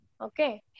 Okay